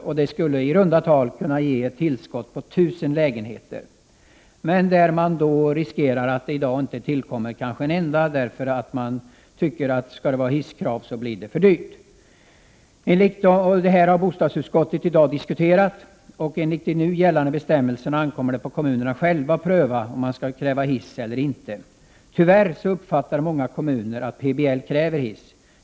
Detta skulle ha gett ett tillskott på i runda tal 1 000 lägenheter, men risken är att kanske inte en enda av dessa kommer att byggas därför att man tycker att hisskravet gör det för dyrt. Bostadsutskottet har i dag diskuterat kravet på hiss. Enligt nu gällande bestämmelser ankommer det på kommunerna själva att pröva om man skall kräva hiss eller inte. Tyvärr uppfattar många kommuner det så att PBL kräver hiss.